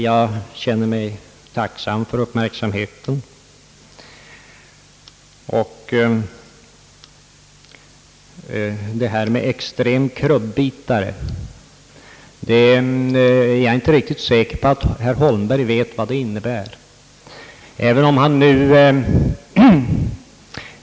Jag känner mig tacksam för uppmärksamheten, men jag är egentligen inte riktigt säker på att herr Holmberg vet vad en »extrem krubbitare» innebär.